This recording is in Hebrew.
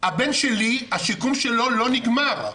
הבן שלי, השיקום שלו לא נגמר.